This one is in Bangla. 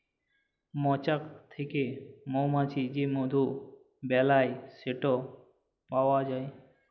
মচাক থ্যাকে মমাছি যে মধু বেলায় সেট পাউয়া যায়